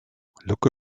look